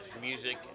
music